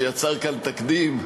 שיצר כאן תקדים,